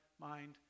mind